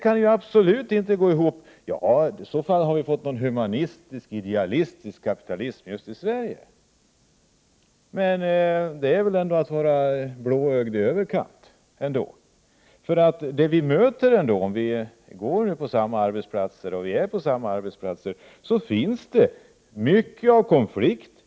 I så fall skulle vi ha fått en humanistiskt och idealistiskt inriktad kapitalism just i Sverige, men om man tror att så är fallet är man väl ändå blåögd i överkant. Ute på arbetsplatserna möter vi en myckenhet av konflikter.